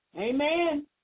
Amen